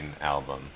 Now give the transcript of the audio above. album